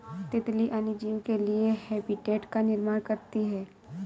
तितली अन्य जीव के लिए हैबिटेट का निर्माण करती है